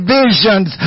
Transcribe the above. visions